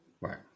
Right